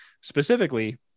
specifically